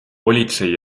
politsei